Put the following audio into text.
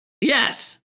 yes